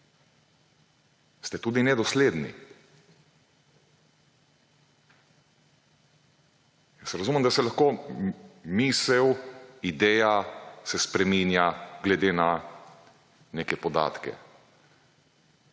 ste tudi nedosledni. Jaz razumem, da se lahko misel, ideja, se spreminja, glede na neke podatke,